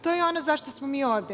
To je ono zašto smo ovde.